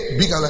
big